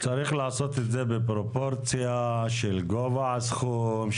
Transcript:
צריך לעשות את זה בפרופורציה של גובה הסכום,